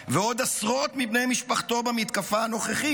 ועוד עשרות מבני משפחתו במתקפה הנוכחית.